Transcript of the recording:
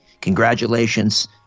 Congratulations